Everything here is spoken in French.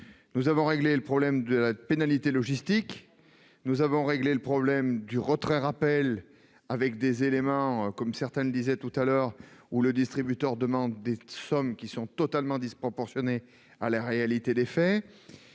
Nous avons réglé le problème de la pénalité logistique, nous avons réglé le problème du retrait-rappel, circonstance dans laquelle le distributeur demande des sommes qui sont totalement disproportionnées à la réalité des faits,